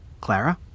Clara